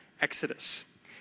exodus